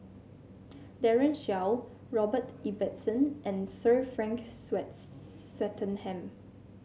Daren Shiau Robert Ibbetson and Sir Frank Swettenham